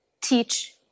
teach